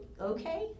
okay